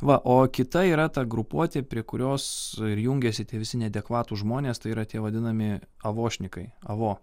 va o kita yra ta grupuotė prie kurios jungiasi tie visi neadekvatūs žmonės tai yra tie vadinami avošnikai avo